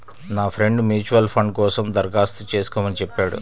నా friend mutual fund కోసం దరఖాస్తు చేస్కోమని చెప్పాడు